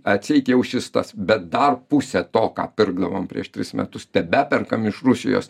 atseit jau šis tas bet dar pusę to ką pirkdavom prieš tris metus tebeperkam iš rusijos